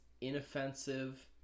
inoffensive